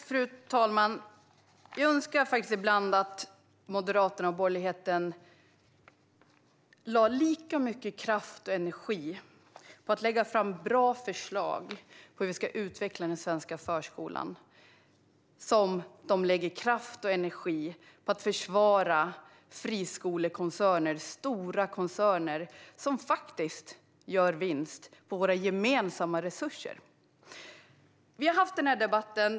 Fru talman! Jag önskar ibland att Moderaterna och borgerligheten lade lika mycket kraft och energi på att lägga fram bra förslag på hur vi ska utveckla den svenska förskolan som på att försvara friskolekoncerner - stora koncerner som gör vinst på våra gemensamma resurser. Vi har haft den här debatten.